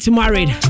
married